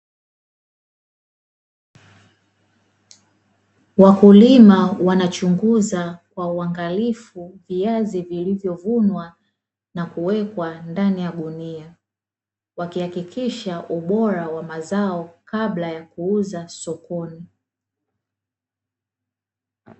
Wakulima wanachunguza kwa uangalifu viazi vilivyovunwa na kuwekwa ndani ya gunia. Wakihakikisha ubora wa mazao, kabla ya kuuza sokoni.